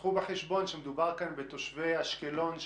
קחו בחשבון שמדובר כאן בתושבי אשקלון,